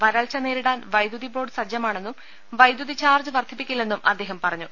വരൾച്ച നേരിടാൻ വൈദ്യുതിബോർഡ് സജ്ജമാണെ ന്നും വൈദ്യുതി ചാർജ്ജ് വർധിപ്പിക്കില്ലെന്നും അദ്ദേഹം പറഞ്ഞു